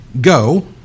go